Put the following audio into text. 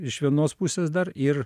iš vienos pusės dar ir